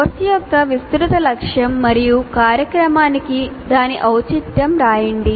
course యొక్క విస్తృత లక్ష్యం మరియు కార్యక్రమానికి దాని ఔచిత్యం రాయండి